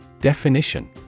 Definition